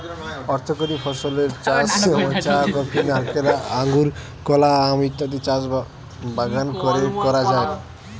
অর্থকরী ফসলের চাষ যেমন চা, কফি, নারকেল, আঙুর, কলা, আম ইত্যাদির চাষ বাগান কোরে করা হয়